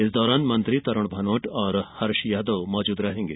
इस दौरान मंत्री तरूण भानोट और हर्ष यादव मौजूद रहेंगे